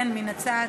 כן, מן הצד.